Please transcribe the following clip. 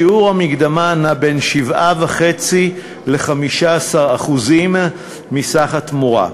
ושיעור המקדמה נע בין 7.5% ל-15% מסך התמורה,